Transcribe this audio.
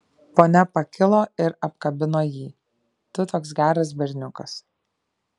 ponia pakilo ir apkabino jį tu toks geras berniukas